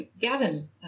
Gavin